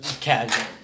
Casual